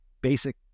basic